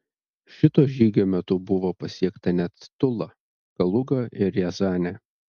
šito žygio metu buvo pasiekta net tula kaluga ir riazanė